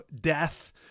death